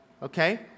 Okay